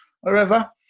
wherever